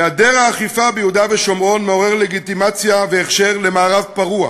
היעדר האכיפה ביהודה ושומרון מעורר לגיטימציה והכשר למערב פרוע,